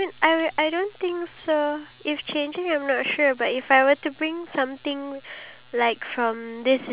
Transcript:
you know I don't think so it's a very easy thing or a very accessible thing for them to get